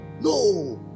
No